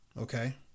Okay